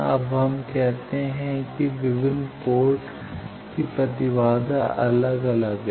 अब हम कहते हैं कि विभिन्न पोर्ट की प्रतिबाधा अलग अलग है